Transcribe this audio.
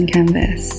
Canvas